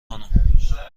خانم